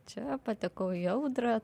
čia patekau į audrą